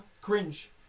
cringe